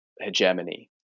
hegemony